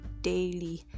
daily